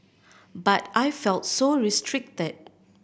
but I felt so restricted